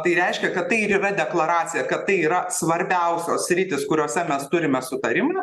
tai reiškia kad tai ir yra deklaracija kad tai yra svarbiausios sritys kuriose mes turime sutarimą